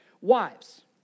wives